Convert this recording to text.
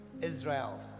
Israel